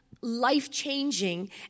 life-changing